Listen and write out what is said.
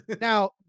now